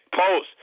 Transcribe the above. post